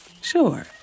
Sure